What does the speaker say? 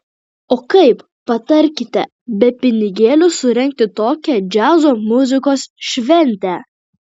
o kaip patarkite be pinigėlių surengti tokią džiazo muzikos šventę